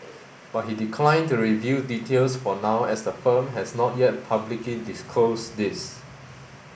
but he declined to reveal details for now as the firm has not yet publicly disclosed these